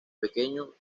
pequeño